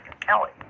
Kelly